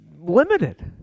limited